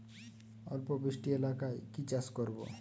অল্প বৃষ্টি এলাকায় কি চাষ করব?